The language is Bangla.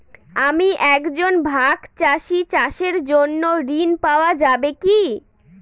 আমি একজন ভাগ চাষি চাষের জন্য ঋণ পাওয়া যাবে কি?